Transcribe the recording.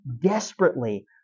desperately